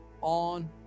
on